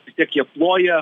vis tiek jie ploja